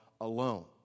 alone